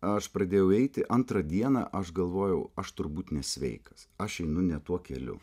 aš pradėjau eiti antrą dieną aš galvojau aš turbūt nesveikas aš einu ne tuo keliu